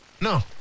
No